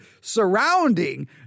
surrounding